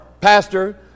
pastor